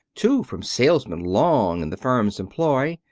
two from salesmen long in the firm's employ,